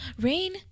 rain